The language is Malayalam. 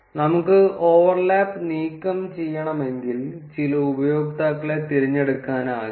നമുക്ക് ഓവർലാപ്പ് നീക്കംചെയ്യണമെങ്കിൽ ചില ഉപയോക്താക്കളെ തിരഞ്ഞെടുക്കാനാകില്ല